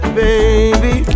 baby